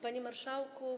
Panie Marszałku!